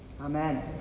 Amen